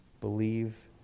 believe